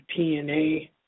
TNA